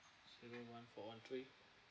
zero one four one three